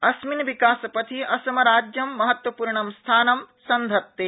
अस्मिन् विकासपथि असमराज्यं महत्वपूर्ण स्थानं संघत्ते